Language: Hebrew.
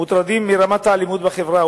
מוטרדים מרמת האלימות בחברה,